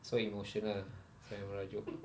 so emotional then merajuk